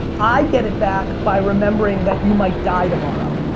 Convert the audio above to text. get it back by remembering that you might die tomorrow.